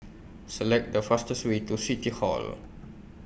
Select The fastest Way to City Hall